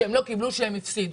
כסף שהם לא קיבלו כשהם הפסידו.